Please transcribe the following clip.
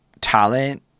talent